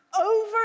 over